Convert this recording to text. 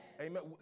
Amen